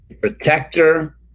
Protector